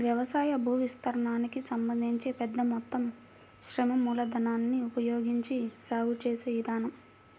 వ్యవసాయ భూవిస్తీర్ణానికి సంబంధించి పెద్ద మొత్తం శ్రమ మూలధనాన్ని ఉపయోగించి సాగు చేసే విధానం